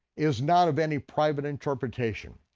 is not of any private interpretation.